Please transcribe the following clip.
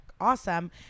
awesome